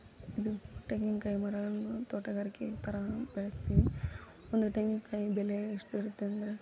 ಇದು ತೆಂಗಿನಕಾಯಿ ಮರಗಳನ್ನೂ ತೋಟಗಾರಿಕೆ ಥರ ಬೆಳೆಸ್ತೀವಿ ಒಂದು ತೆಂಗಿನಕಾಯಿ ಬೆಲೆ ಎಷ್ಟಿರುತ್ತೆ ಅಂದರೆ